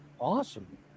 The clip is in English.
awesome